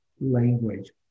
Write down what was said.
language